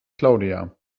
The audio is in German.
claudia